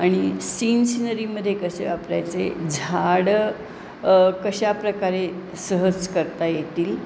आणि सीनसिनरीमध्ये कसे वापरायचे झाडं कशाप्रकारे सहज करता येतील